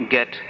Get